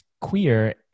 queer